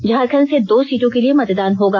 झारखण्ड से दो सीटों के लिए मतदान होगा